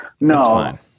No